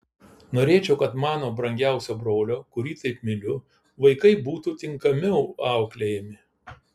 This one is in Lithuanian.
norėčiau kad mano brangiausio brolio kurį taip myliu vaikai būtų tinkamiau auklėjami